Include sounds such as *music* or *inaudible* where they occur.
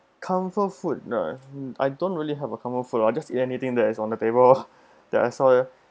comfort food ah I don't really have a comfort food ah I just eat anything that is on the table loh *laughs* that I saw ya